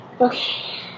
Okay